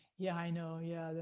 yeah, i know, yeah,